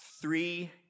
three